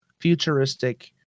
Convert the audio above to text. futuristic